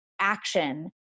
action